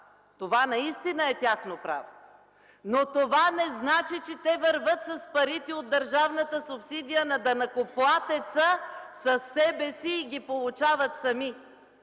това наистина е тяхно право! Но това не значи, че те вървят с парите от държавната субсидия на данъкоплатеца със себе си и ги получават сами,